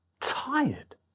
tired